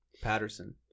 Patterson